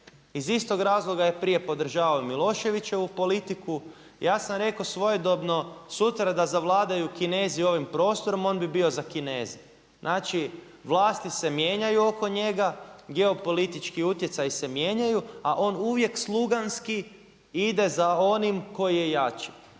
Iz istog razloga je prije podržavao i Miloševićevu politiku. Ja sam rekao svojedobno sutra da zavladaju Kinezi ovim prostorom on bi bio za Kineze. Znači vlasti se mijenjaju oko njega, geopolitički utjecaj se mijenja a on uvijek sluganski ide za onim koji je jači.